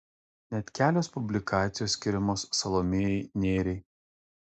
net kelios publikacijos skiriamos salomėjai nėriai